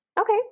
okay